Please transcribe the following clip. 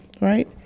right